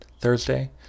Thursday